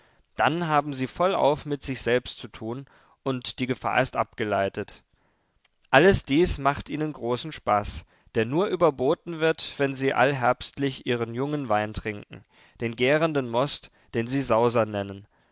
dann haben sie vollauf mit sich selbst zu tun und die gefahr ist abgeleitet alles dies macht ihnen großen spaß der nur überboten wird wenn sie allherbstlich ihren jungen wein trinken den gärenden most den sie sauser nennen